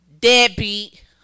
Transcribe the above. deadbeat